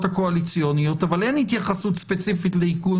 הקואליציוניות אבל אין התייחסות ספציפית לכך,